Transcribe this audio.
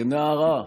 כנערה,